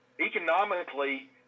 Economically